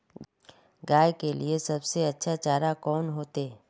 गाय के लिए सबसे अच्छा चारा कौन होते?